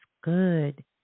good